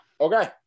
Okay